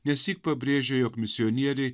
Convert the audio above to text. nesyk pabrėžė jog misionieriai